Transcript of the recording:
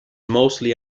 mostly